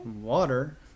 Water